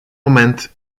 moment